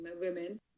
women